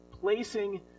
placing